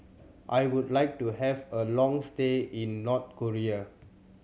I would like to have a long stay in North Korea